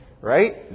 Right